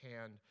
hand